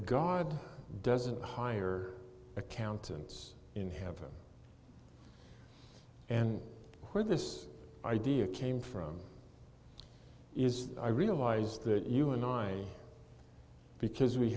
god doesn't hire accountants in heaven and where this idea came from is i realize that you and i because we